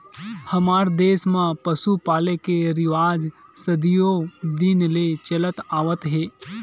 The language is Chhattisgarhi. हमर देस म पसु पाले के रिवाज सदियो दिन ले चलत आवत हे